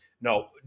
no